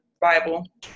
Bible